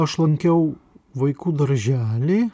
aš lankiau vaikų darželį